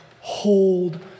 hold